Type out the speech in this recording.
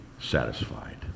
satisfied